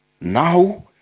Now